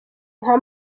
nka